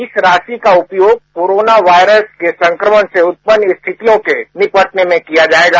इस राशि का उपयोग कोरोना वायरस के संक्रमणके उत्पन्न स्थितियों के निपटने के लिये किया जायेगा